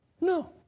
No